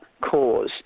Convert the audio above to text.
cause